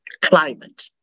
climate